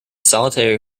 solitary